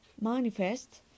manifest